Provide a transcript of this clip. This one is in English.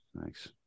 thanks